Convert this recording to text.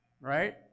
Right